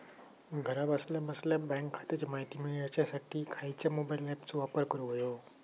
घरा बसल्या बसल्या बँक खात्याची माहिती मिळाच्यासाठी खायच्या मोबाईल ॲपाचो वापर करूक होयो?